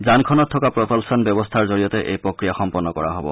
যানখনত থকা প্ৰপালচন ব্যৱস্থাৰ জৰিয়তে এই প্ৰক্ৰিয়া সম্পন্ন কৰা হব